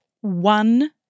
one